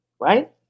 right